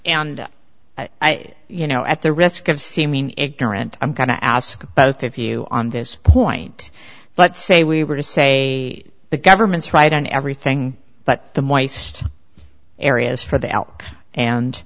and i you know at the risk of seeming ignorant i'm going to ask both of you on this point but say we were to say the government's right on everything but the areas for the